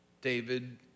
David